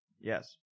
Yes